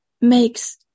makes